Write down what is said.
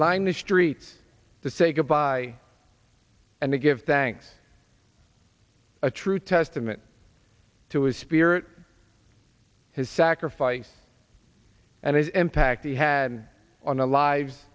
lined the streets to say goodbye and to give thanks a true testament to his spirit his sacrifice and impact he had on the lives